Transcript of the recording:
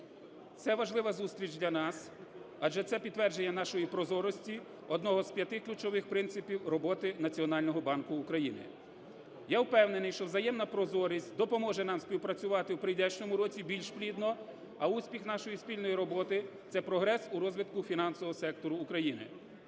Це важлива зустріч для нас, адже це підтвердження нашої прозорості одного з п'яти ключових принципів роботи Національного банку України. Я впевнений, що взаємна прозорість допоможе нам співпрацювати в прийдешньому році більш плідно, а успіх нашої спільної роботи – це прогрес у розвитку фінансового сектору України.